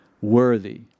worthy